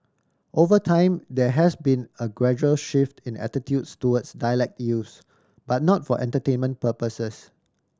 over time there has been a gradual shift in attitudes towards dialect use but not for entertainment purposes